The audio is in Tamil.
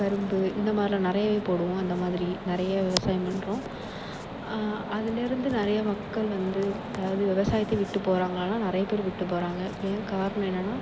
கரும்பு இந்த மாதிரிலாம் நிறையவே போடுவோம் அந்த மாதிரி நிறைய விவசாயம் பண்ணுறோம் அதிலேருந்து நிறைய மக்கள் வந்து அதாவது விவசாயத்தை விட்டு போறாங்களான்னா நிறைய பேர் விட்டு போகிறாங்க அதுக்கெலாம் காரணம் என்னென்னா